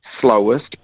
slowest